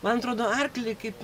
man atrodo arklį kaip